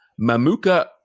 Mamuka